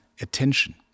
attention